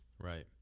Right